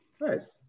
Nice